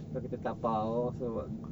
kalau kita dabao also